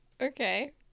okay